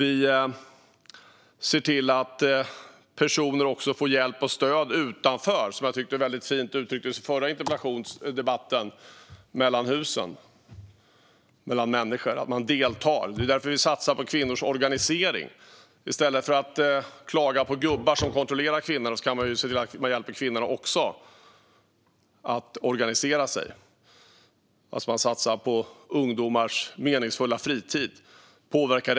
I den förra interpellationsdebatten uttrycktes det fint att personer ska få hjälp och stöd ute i livet mellan husen. Det handlar om människor. Det är därför vi satsar på kvinnors organisering. I stället för att klaga på gubbar som kontrollerar kvinnorna kan vi se till att kvinnorna får hjälp att organisera sig. Vidare handlar det om att satsa på meningsfull fritid för ungdomar.